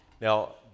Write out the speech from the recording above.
now